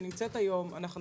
והיום,